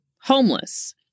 homeless